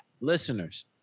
listeners